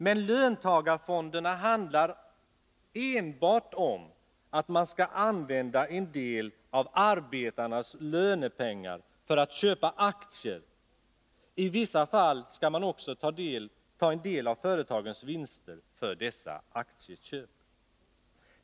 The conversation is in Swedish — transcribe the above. Men löntagarfonderna handlar enbart om att man skall använda en del av arbetarnas lönepengar för att köpa aktier. I vissa fall skall man också ta en del av företagens vinster för dessa aktieköp.